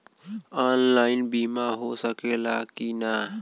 Online बीमा हो सकेला की ना?